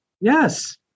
Yes